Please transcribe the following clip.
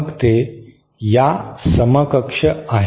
मग ते या समकक्ष आहे